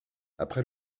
après